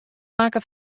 makke